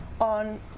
on